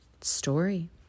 story